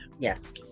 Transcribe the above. Yes